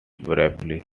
briefly